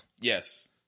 Yes